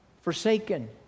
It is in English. forsaken